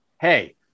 hey